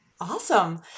Awesome